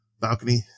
balcony